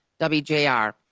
WJR